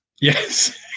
Yes